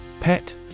Pet